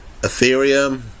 Ethereum